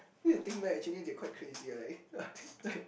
if you think back actually they quite crazy ah like